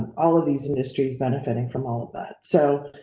all of these industries benefiting from all of that. so,